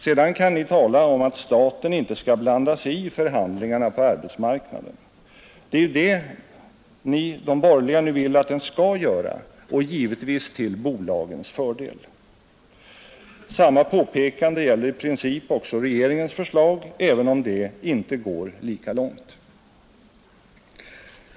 Sedan kan ni tala om att staten inte skall blanda sig i förhandlingarna på arbetsmarknaden, Det är ju det de borgerliga nu vill att den skall göra, och givetvis till bolagens fördel. Samma påpekande gäller i princip också regeringens förslag, även om det inte går lika långt.